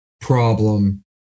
problem